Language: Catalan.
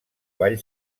vall